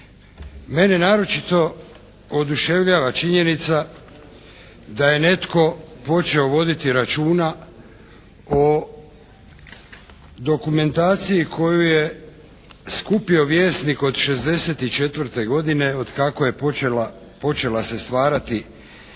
Mene naročito oduševljava činjenica da je netko počeo voditi računa o dokumentaciji koju je skupio Vjesnik od 64. godine od kako je počela se stvarati